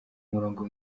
murongo